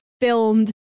filmed